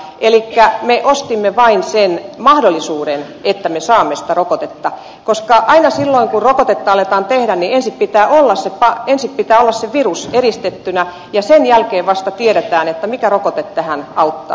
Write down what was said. elikkä me ostimme vain sen mahdollisuuden että me saamme sitä rokotetta koska aina silloin kun rokotetta aletaan tehdä ensin pitää olla se virus eristettynä ja sen jälkeen vasta tiedetään mikä rokote tähän auttaa